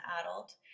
adult